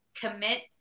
commit